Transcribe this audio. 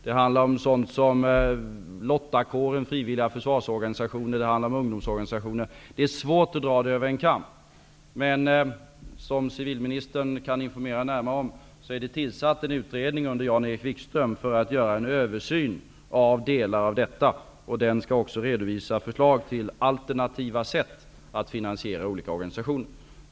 Det handlar om t.ex. Lottakåren, frivilliga försvarsorganisationer och ungdomsorganisationer. Det är svårt att dra alla över en kam. Men en utredning under Jan-Erik Wikström är tillsatt som skall göra en översyn av delar av detta. Det kan civilministern informera närmare om. Utredningen skall också redovisa förslag till alternativa sätt att finansiera olika organisationer.